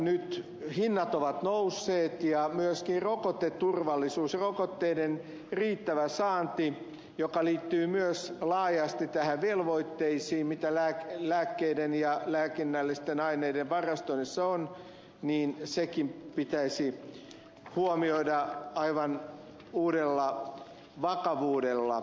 nyt hinnat ovat nousseet ja myöskin rokoteturvallisuus rokotteiden riittävä saanti mikä liittyy myös laajasti näihin velvoitteisiin mitä lääkkeiden ja lääkinnällisten aineiden varastoinnissa on pitäisi huomioida aivan uudella vakavuudella